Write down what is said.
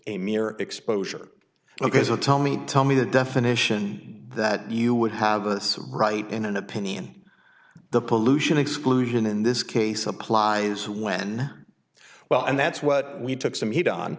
mere exposure ok so tell me tell me the definition that you would have us write in an opinion the pollution exclusion in this case applies when well and that's what we took some heat on